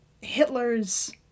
Hitler's